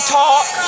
talk